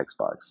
Xbox